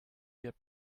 get